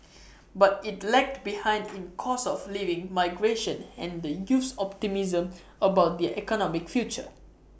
but IT lagged behind in cost of living migration and the youth's optimism about their economic future